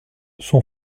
son